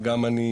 בנוסף,